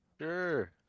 Sure